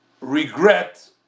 regret